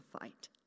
fight